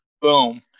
Boom